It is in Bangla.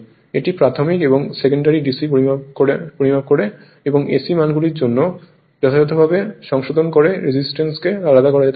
এটি প্রাথমিক এবং সেকেন্ডারি DC পরিমাপ করে এবং এসি মানগুলির জন্য যথাযথভাবে সংশোধন করে রেজিস্ট্যান্সকে আলাদা করা যেতে পারে